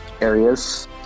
areas